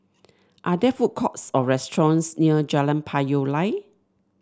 are there food courts or restaurants near Jalan Payoh Lai